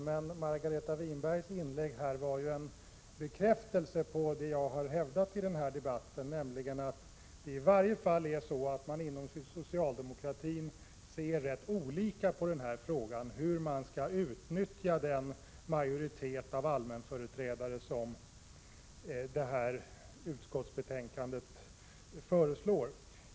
Men Margareta Winbergs inlägg här var ju en bekräftelse på det som jag har hävdat i den här debatten, nämligen att man i varje fall inom socialdemokratin ser rätt olika på frågan hur man skall utnyttja den majoritet av allmänföreträdare som utskottsbetänkandet föreslår.